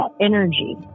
energy